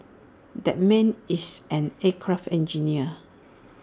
that man is an aircraft engineer